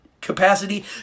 capacity